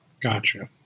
Gotcha